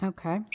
Okay